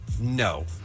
No